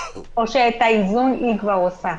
או שאת האיזון היא כבר עושה?